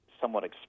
somewhat